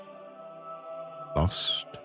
lost